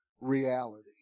reality